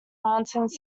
mountains